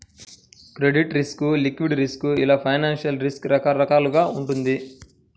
credit risk, liquidity risk ఇలా financial risk రకరకాలుగా వుంటది